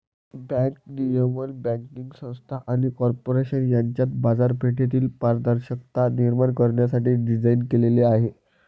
bank नियमन banking संस्था आणि कॉर्पोरेशन यांच्यात बाजारपेठेतील पारदर्शकता निर्माण करण्यासाठी डिझाइन केलेले आहे